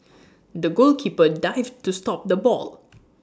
the goalkeeper dived to stop the ball